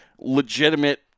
legitimate